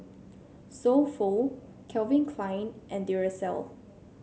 So Pho Calvin Klein and Duracell